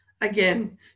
Again